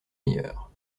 meilleurs